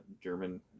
German